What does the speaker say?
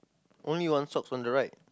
only one sock on the right